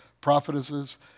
prophetesses